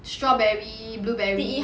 strawberry blueberry